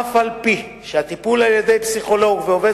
אף-על-פי שהטיפול על-ידי פסיכולוג ועובד